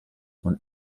und